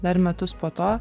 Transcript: dar metus po to